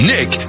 Nick